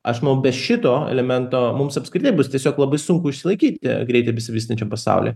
aš manau be šito elemento mums apskritai bus tiesiog labai sunku išsilaikyti greitai besivystančiam pasauly